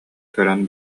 көрөн